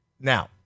Now